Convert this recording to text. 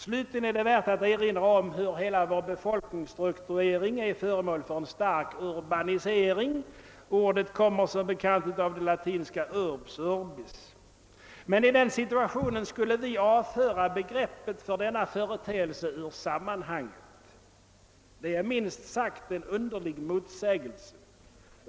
Slutligen är det värt att erinra om hur hela vår befolkningsstrukturering är föremål för en stark urbanisering — ordet kommer som bekant av det latinska urbs, urbis. Men i den situationen skulle vi avföra begreppet för denna företeelse ur sammanhanget. Det är minst sagt en underlig motsägelse.